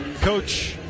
Coach